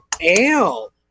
ale